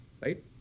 right